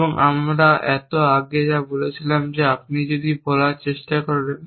এবং আমরা এত আগে যা বলেছিলাম যে আপনি যদি বলার চেষ্টা করেন